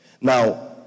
Now